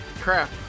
crap